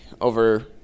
over